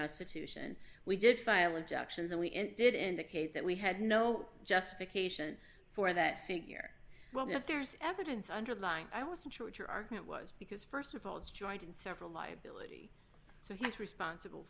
restitution we did file objections and we and did indicate that we had no justification for that figure well if there's evidence underlying i wasn't sure what your argument was because st of all it's joint and several liability so he's responsible